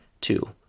Two